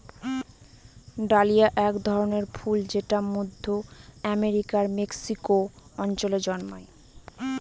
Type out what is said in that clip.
dahlia এক ধরনের ফুল যেটা মধ্য আমেরিকার মেক্সিকো অঞ্চলে জন্মায়